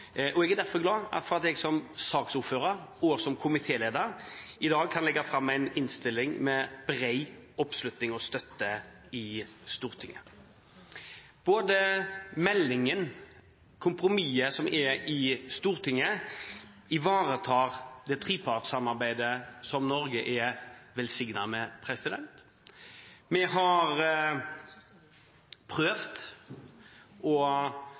og jeg er derfor glad for at jeg som saksordfører og komitéleder i dag kan legge fram en innstilling med bred oppslutning og støtte i Stortinget. Både meldingen og kompromisset som er i Stortinget, ivaretar det trepartssamarbeidet som Norge er velsignet med. Vi har selvfølgelig prøvd,